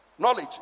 knowledge